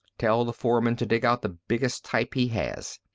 tell the foreman to dig out the biggest type he has.